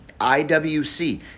IWC